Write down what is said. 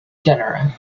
genera